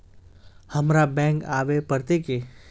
हमरा बैंक आवे पड़ते की?